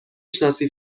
شناسی